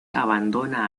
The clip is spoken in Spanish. abandona